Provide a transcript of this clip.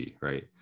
right